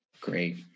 Great